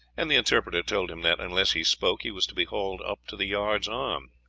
and the interpreter told him that, unless he spoke, he was to be hauled up to the yard's arm.